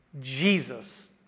Jesus